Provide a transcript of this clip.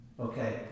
Okay